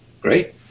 Great